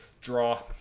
Draw